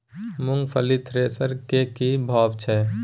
मूंगफली थ्रेसर के की भाव छै?